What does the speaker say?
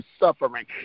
suffering